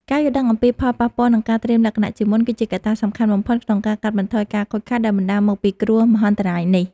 ការយល់ដឹងអំពីផលប៉ះពាល់ និងការត្រៀមលក្ខណៈជាមុន គឺជាកត្តាសំខាន់បំផុតក្នុងការកាត់បន្ថយការខូចខាតដែលបណ្ដាលមកពីគ្រោះមហន្តរាយនេះ។